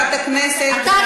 חבר הכנסת זחאלקה, אני